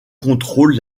contrôle